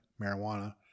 marijuana